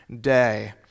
day